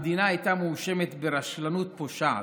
המדינה הייתה מואשמת ברשלנות פושעת,